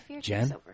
Jen